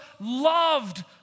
loved